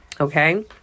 okay